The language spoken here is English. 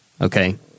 Okay